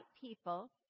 people